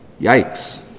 Yikes